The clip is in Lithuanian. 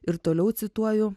ir toliau cituoju